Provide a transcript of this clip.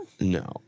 No